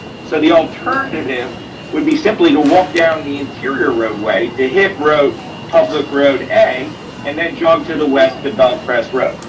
so the alternative would be simply to walk down the interior roadway to hit public road a and that jog to the west of bellcrest road.